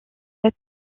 cet